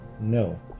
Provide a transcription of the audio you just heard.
No